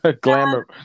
glamour